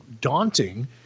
daunting